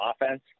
offense